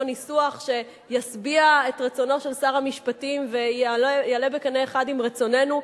ניסוח שישביע את רצונו של שר המשפטים ויעלה בקנה אחד עם רצוננו,